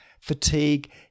fatigue